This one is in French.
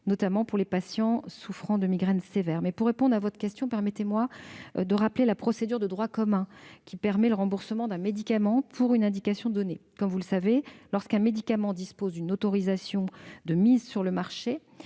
notamment pour les patients souffrant de migraine sévère. Toutefois, pour répondre à votre question, permettez-moi de rappeler la procédure de droit commun permettant le remboursement d'un médicament pour une indication donnée. Comme vous le savez, lorsqu'un médicament dispose d'une autorisation de mise sur le marché